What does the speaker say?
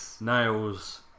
nails